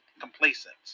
complacent